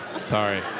Sorry